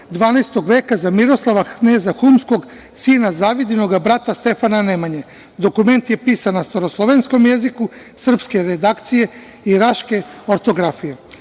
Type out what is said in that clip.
12. veka za Miroslava kneza Humskog, sina Zavidinog, a brata Stefana Nemanje. Dokument je pisan na staroslovenskom jeziku, srpske redakcije i raške ortografije. Poslednjih